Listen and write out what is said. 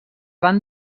van